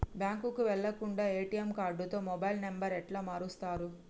బ్యాంకుకి వెళ్లకుండా ఎ.టి.ఎమ్ కార్డుతో మొబైల్ నంబర్ ఎట్ల మారుస్తరు?